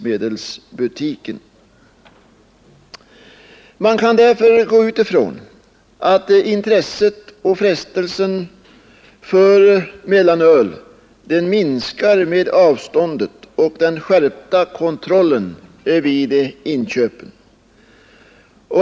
Man kan därför gå ut från att intresset för mellanöl och frestelsen att köpa det minskar med ökade avstånd till butiken och med den skärpta kontrollen vid inköpen.